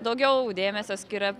daugiau dėmesio skiria